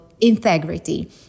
Integrity